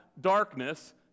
darkness